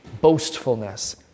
boastfulness